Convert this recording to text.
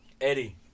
Eddie